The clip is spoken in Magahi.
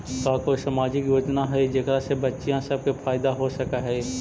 का कोई सामाजिक योजना हई जेकरा से बच्चियाँ सब के फायदा हो सक हई?